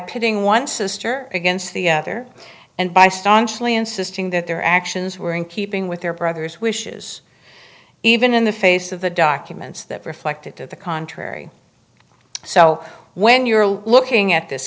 pitting one sister against the other and by staunchly insisting that their actions were in keeping with their brother's wishes even in the face of the documents that reflected to the contrary so when you're looking at this